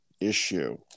issue